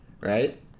right